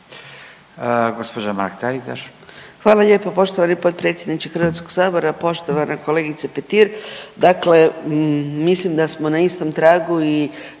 Anka (GLAS)** Hvala lijepa poštovani potpredsjedniče Hrvatskog sabora. Poštovana kolegice Petir, dakle mislim da smo na istom tragu i